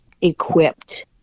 equipped